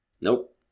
nope